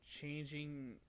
changing